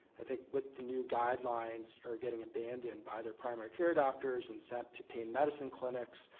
i think with the new guidelines, are getting abandoned by their primary care doctors and sent to pain medicine clinics,